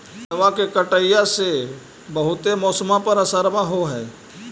पेड़बा के कटईया से से बहुते मौसमा पर असरबा हो है?